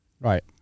Right